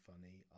funny